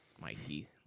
Mikey